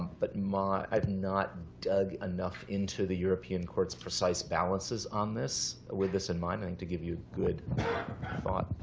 but i've not dug enough into the european courts' precise balances on this, with this in mind, i think, to give you a good thought.